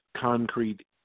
concrete